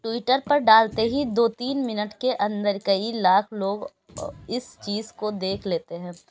Twitter پر ڈالتے ہی دو تین منٹ کے اندر کئی لاکھ لوگ اس چیز کو دیکھ لیتے ہیں